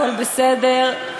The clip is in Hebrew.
הכול בסדר,